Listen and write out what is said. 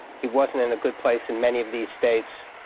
he wasn't in a good place in many of the states.